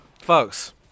Folks